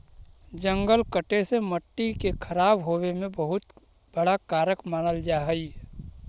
जंगल कटे से मट्टी के खराब होवे में बहुत बड़ा कारक मानल जा हइ